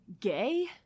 gay